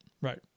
Right